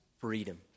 freedom